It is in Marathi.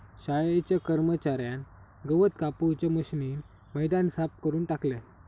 शाळेच्या कर्मच्यार्यान गवत कापूच्या मशीनीन मैदान साफ करून टाकल्यान